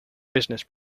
business